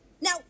now